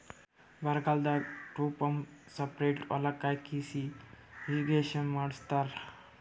ಬರಗಾಲದಾಗ tube pump spray ಹೊಲಕ್ಕ್ ಹಾಕಿಸಿ ಇರ್ರೀಗೇಷನ್ ಮಾಡ್ಸತ್ತರ